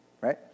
right